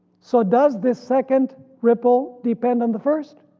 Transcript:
so does this second ripple depend on the first?